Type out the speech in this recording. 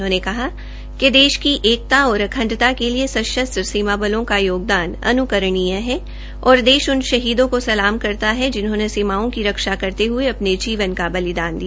उन्होंने कहा कि देश की एकता और अखंडता के लिए सशस्त्र सीमा बलों का योगदान अनुकरणीय है और देश उन शहीदों को सलाम करता है जिन्होंने सीमाओं की रक्षा करते हये अपने जीवन का बलिदान दिया